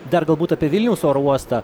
dar galbūt apie vilniaus oro uostą